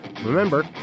Remember